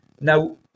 Now